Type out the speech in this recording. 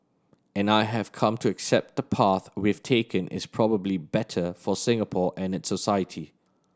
and I have come to accept the path we've taken is probably better for Singapore and its society